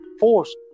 Force